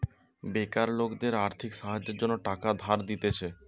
বেকার লোকদের আর্থিক সাহায্যের জন্য টাকা ধার দিতেছে